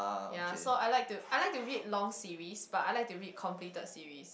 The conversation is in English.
ya so I like to I like to read long series but I like to read completed series